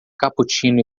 cappuccino